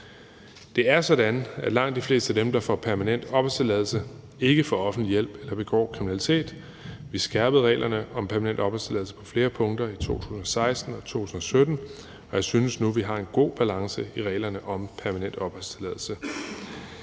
Det er sådan, at langt de fleste af dem, der får permanent opholdstilladelse, ikke får offentlig hjælp eller begår kriminalitet, vi skærpede reglerne om permanent opholdstilladelse på flere punkter i 2016 og 2017, og jeg synes nu, vi har en god balance i reglerne om permanent opholdstilladelse.